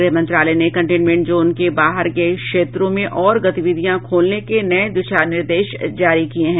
गृह मंत्रालय ने कंटेनमेंट जोन के बाहर के क्षेत्रों में और गतिविधियां खोलने के नए दिशानिर्देश जारी किए हैं